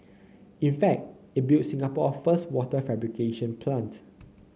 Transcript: in fact it built Singapore first wafer fabrication plant